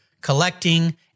collecting